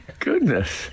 Goodness